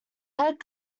head